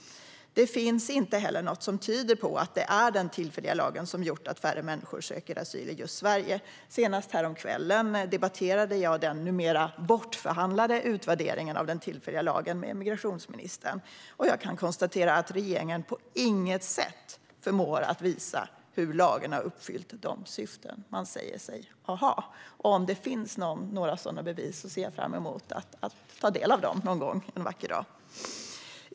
Det finns inte heller något som tyder på att det är den tillfälliga lagen som har gjort att färre människor söker asyl i just Sverige. Senast häromkvällen debatterade jag den numera bortförhandlade utvärderingen av den tillfälliga lagen med migrationsministern, och jag kan konstatera att regeringen på inget sätt förmår att visa hur lagen har uppfyllt de syften man säger sig ha haft. Om det finns några sådana bevis ser jag fram emot att ta del av dem.